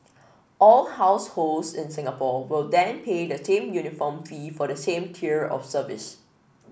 all households in Singapore will then pay the same uniform fee for the same tier of service